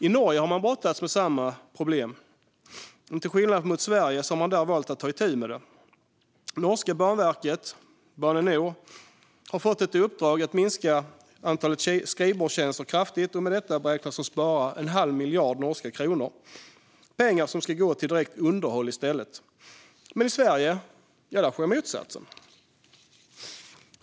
I Norge har man brottats med samma problem, men till skillnad mot i Sverige har man där valt att ta itu med problemet. Det norska banverket, Bane NOR, har fått ett uppdrag att minska antalet skrivbordstjänster kraftigt, och med detta beräknas de spara en halv miljard norska kronor - pengar som ska gå till direkt underhåll i stället. Men i Sverige sker motsatsen.